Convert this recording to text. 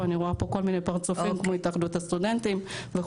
אני רואה פה כל מיני פרצופים כמו התאחדות הסטודנטים וכדומה.